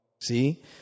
See